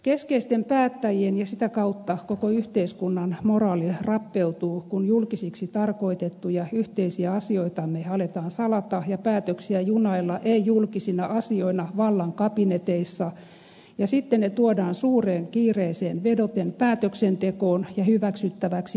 keskeisten päättäjien ja sitä kautta koko yhteiskunnan moraali rappeutuu kun julkisiksi tarkoitettuja yhteisiä asioitamme aletaan salata ja päätöksiä junailla ei julkisina asioina vallan kabineteissa ja sitten ne tuodaan suureen kiireeseen vedoten päätöksentekoon ja hyväksyttäväksi pikavauhdilla